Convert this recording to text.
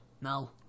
No